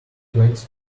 twenty